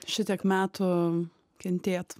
šitiek metų kentėt